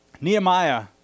Nehemiah